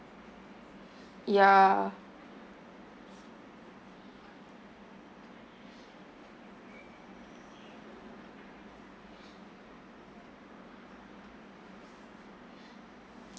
ya